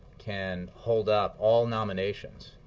can hold up all nominations